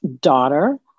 daughter